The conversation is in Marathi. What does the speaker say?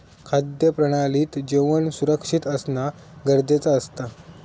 खाद्य प्रणालीत जेवण सुरक्षित असना गरजेचा असता